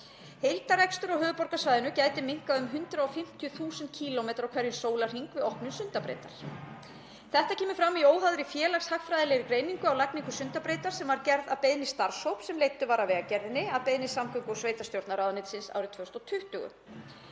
Heildarakstur á höfuðborgarsvæðinu gæti minnkað um 150.000 km á hverjum sólarhring við opnun Sundabrautar. Þetta kemur fram í óháðri félagshagfræðilegri greiningu á lagningu Sundabrautar sem var gerð að beiðni starfshóps sem leiddur var af Vegagerðinni að beiðni samgöngu- og sveitarstjórnarráðuneytisins árið 2020.